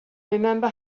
remember